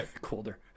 colder